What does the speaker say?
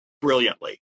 brilliantly